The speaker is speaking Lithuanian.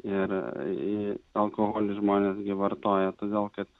ir alkoholį žmonės vartoja todėl kad